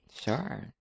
Sure